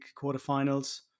quarterfinals